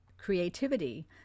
Creativity